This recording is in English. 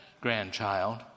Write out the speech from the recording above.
grandchild